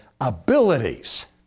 abilities